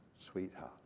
sweetheart